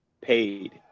paid